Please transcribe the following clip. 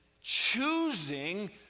choosing